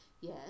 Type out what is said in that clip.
yes